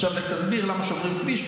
עכשיו, לך תסביר למה שוברים כביש.